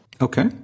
Okay